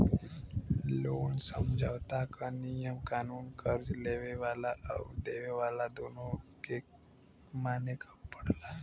loan समझौता क नियम कानून कर्ज़ लेवे वाला आउर देवे वाला दोनों के माने क पड़ला